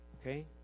Okay